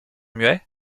muets